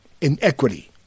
Inequity